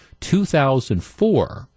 2004